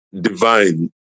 divine